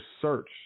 search